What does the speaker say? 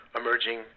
emerging